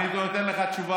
אני נותן לך תשובה ברורה.